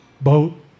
boat